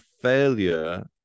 failure